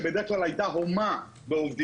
שבדרך כלל הייתה הומה בעובדים,